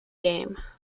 game